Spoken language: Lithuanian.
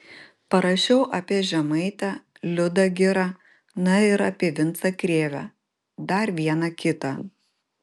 parašiau apie žemaitę liudą girą na ir apie vincą krėvę dar vieną kitą